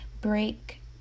break